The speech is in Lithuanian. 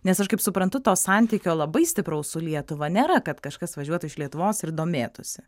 nes aš kaip suprantu to santykio labai stipraus su lietuva nėra kad kažkas važiuotų iš lietuvos ir domėtųsi